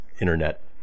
internet